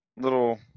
little